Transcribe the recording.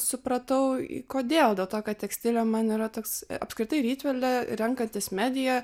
supratau kodėl dėl to kad tekstilė man yra toks apskritai rytvele renkantis mediją